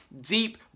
deep